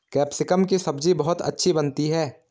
capsicum की सब्जी बहुत अच्छी बनती है